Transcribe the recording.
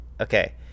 Okay